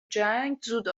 جنگ، زود